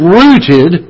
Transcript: ...rooted